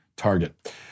target